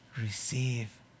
receive